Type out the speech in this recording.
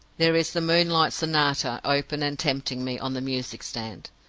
there is the moonlight sonata open, and tempting me, on the music-stand.